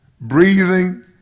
breathing